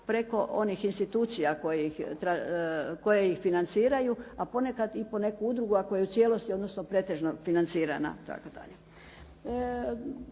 preko onih institucija koje ih financiraju, a ponekad i po neku udrugu ako je u cijelosti, odnosno pretežno financirana itd.